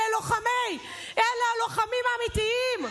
אלה הלוחמים האמיתיים.